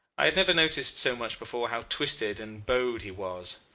i had never noticed so much before how twisted and bowed he was.